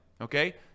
okay